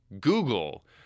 Google